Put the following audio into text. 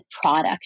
product